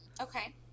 Okay